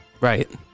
Right